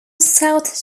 south